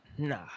Nah